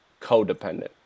codependent